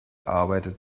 arbeitet